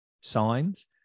signs